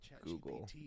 Google